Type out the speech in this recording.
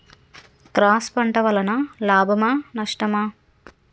Cross పంట వలన లాభమా నష్టమా?